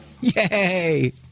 Yay